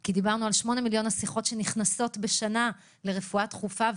כי דיברנו על 8 מיליון השיחות שנכנסות בשנה לרפואה דחופה.